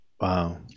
Wow